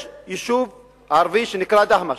יש יישוב ערבי שנקרא דהמש.